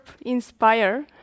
inspire